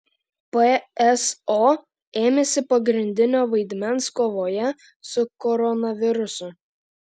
pso ėmėsi pagrindinio vaidmens kovoje su koronavirusu